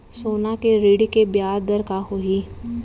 सोना के ऋण के ब्याज दर का होही?